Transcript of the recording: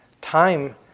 Time